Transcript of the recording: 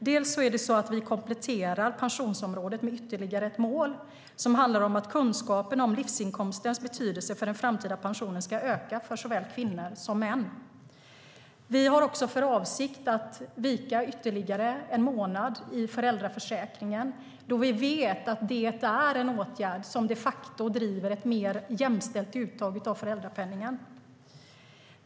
Dels kompletterar vi pensionsområdet med ytterligare ett mål som handlar om att kunskapen om livsinkomstens betydelse för pensionen ska öka för såväl kvinnor som män, dels har vi för avsikt att vika ytterligare en månad i föräldraförsäkringen eftersom vi vet att det är en åtgärd som de facto driver på ett mer jämställt uttag av föräldrapenningen.